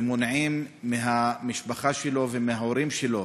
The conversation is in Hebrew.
ומונעים מהמשפחה שלו ומההורים שלו